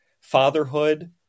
fatherhood